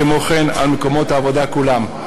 כמו גם על מקומות העבודה כולם.